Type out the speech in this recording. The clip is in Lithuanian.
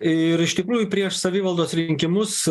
ir iš tikrųjų prieš savivaldos rinkimus